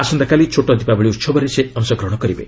ଆସନ୍ତାକାଲି ଛୋଟ ଦୀପାବଳି ଉହବରେ ସେ ଅଂଶଗ୍ରହଣ କରିବେ